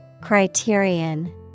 Criterion